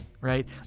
right